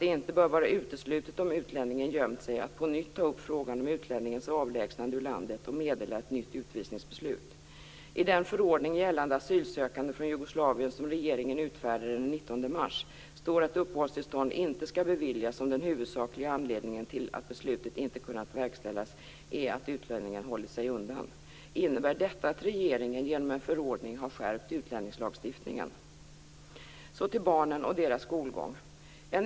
Detta framgår tydligt av utlänningslagen . I vissa fall kan det emellertid uppstå problem, exempelvis kan myndigheterna i den asylsökandes hemland hindra den återvändande från att resa in. Detta sker tyvärr i en hel del fall. Att kunna återvända till sitt hemland är ett folkrättsligt mänskligt krav. Många personer har emellertid vistats långa tider i Sverige.